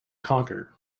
conquer